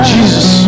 Jesus